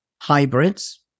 hybrids